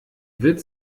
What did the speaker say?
wird